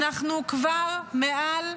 אנחנו כבר מעל,